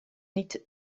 niet